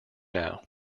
now